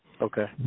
Okay